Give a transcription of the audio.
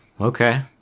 okay